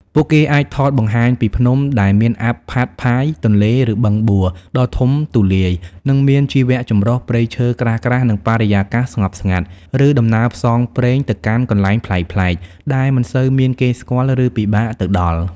ពួកគេអាចថតបង្ហាញពី ភ្នំ ដែលមានអ័ព្ទផាត់ផាយ ទន្លេ ឬ បឹងបួ ដ៏ធំទូលាយ និងមានជីវចម្រុះ ព្រៃឈើក្រាស់ៗ និងបរិយាកាសស្ងប់ស្ងាត់ ឬ ដំណើរផ្សងព្រេងទៅកាន់កន្លែងប្លែកៗដែលមិនសូវមានគេស្គាល់ ឬពិបាកទៅដល់។